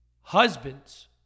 husbands